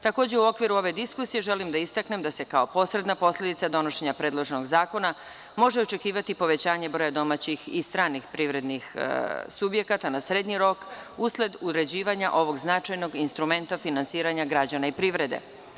Takođe, u okviru ove diskusije želim da istaknem da se kao posredan posledica donošenja predloženog zakona može očekivati povećanje broja domaćih i stranih privrednih subjekata na srednji rok usled uređivanja ovog značajnog instrumenta finansiranja građana i privrede.